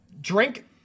drink